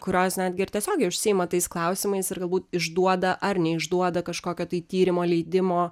kurios netgi ir tiesiogiai užsiima tais klausimais ir galbūt išduoda ar neišduoda kažkokio tai tyrimo leidimo